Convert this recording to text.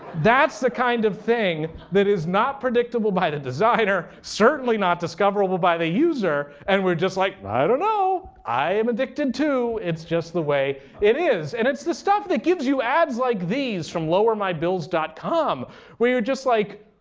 that's the kind of thing that is not predictable by the designer, certainly not discoverable by the user, and we're just like, i don't know. i am addicted too. it's just the way it is. and it's the stuff that gives you ads like these from lowermybills dot com where you're just like,